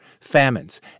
famines